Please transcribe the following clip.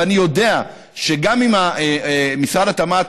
ואני יודע שגם אם משרד התמ"ת,